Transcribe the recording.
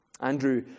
Andrew